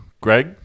Greg